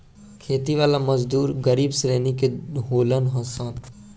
खेती वाला मजदूर गरीब श्रेणी के होलन सन